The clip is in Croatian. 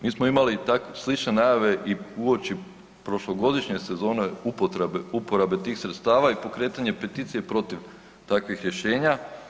Mi smo imali slične najave i uoči prošlogodišnje sezone upotrebe, uporabe tih sredstava i pokretanje peticije protiv takvih rješenja.